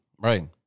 Right